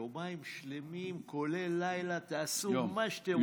יומיים שלמים, כולל לילה, תעשו מה שאתם רוצים.